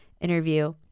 interview